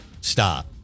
Stop